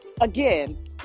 again